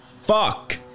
fuck